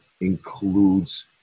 includes